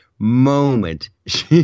moment